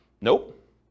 Nope